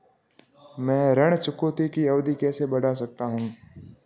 मैं ऋण चुकौती की अवधि कैसे बढ़ा सकता हूं?